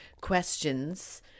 questions